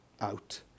out